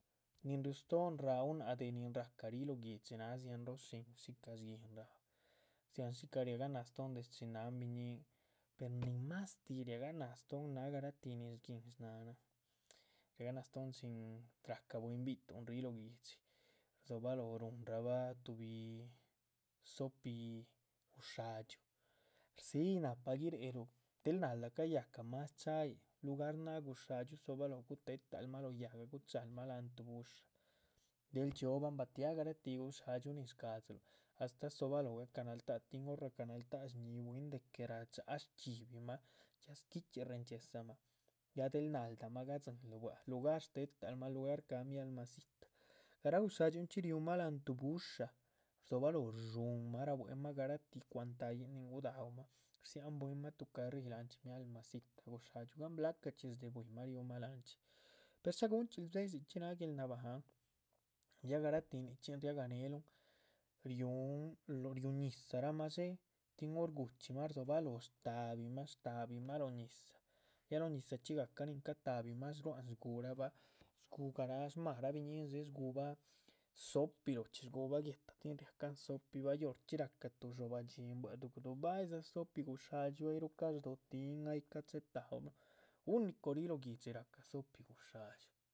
Nin riu stóohn raún nác de nin ráhca lóh guihdxi náh dzian róoh shin shica shguinrah dziáhan shicah riaganáh stóohn des chin náhan biñín. per nin mastih riaganah stóohn náh garatih nin shguíhn shnánahn riagah náh stohon chin rahca bwín bi´tuhn ríh lóh guihdxi, rdzobaloho. ruhunrabah tuhbi sopih guxáadxyuu, rdzíyih nahpa giréhluh, nihgal naldah cayahca mas cha´yih, lugar náh guxáadxyuu dzobaloho. guté talmah lóh yáhga guchalmah láhan tuh bu´sha, del dxhibahn batiah garatih guxáadxyuu nin shcadziluh astáh dzobaloho ga´cah nalta´h. tin hor ra´cah naltáh shñí bwín de que radxa´ha shdxíbihmah, ya squichxí reenchxiezamah ya del náldamah gadzinluh bua´c lugar shtetalmah lugar ca´mialmasita. garáh guxáadxyuun chxí riúmah láhan tuh bu´sha, rdzobaloho rdshúhunmah, rabuemah garatíh cwa´han ta´yihn nin gudaú mah, dziahan bwínmah tuh carríh. láhanchxi mialmasita guxáadxyuun, gahn blacachxí shde´c bwíimah riúmah lanchxí, per sha´guhunchxiluh dxe´ dzichxí náha guel nabahan, ya garatíh nichxín riabah. neheluhn riúhun, riú ñizahramah dxé tin hor gu´chxímah rdzobaloh shta´bimah, shta´bimah lóh ñizah, ya lo ñizahchxígahca nin cata´bihma rua´hn shguhurahba. shcugarah shmarah biñín dxé shgubah sopih lochxí shgubah guéhta tin riah cahn sopih, bay horchxí ra´cah tuh dxobah dhxín bua´c duguduh baydza sopih. guxáadxyuu ay ruh ca´ shdo´hotihin ay ca´chetahuluhun unico ríh lóh guihdxi rahca sopih guxáadxyuu.